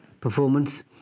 performance